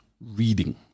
reading